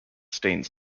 staines